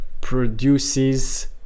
produces